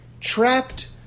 trapped